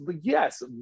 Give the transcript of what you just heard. yes